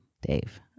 Dave